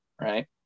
right